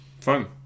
Fun